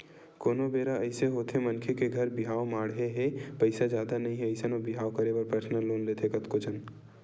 कोनो बेरा अइसे होथे मनखे के घर बिहाव माड़हे हे पइसा जादा नइ हे अइसन म बिहाव करे बर परसनल लोन लेथे कतको झन